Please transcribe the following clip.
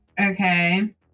Okay